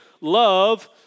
love